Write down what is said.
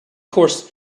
course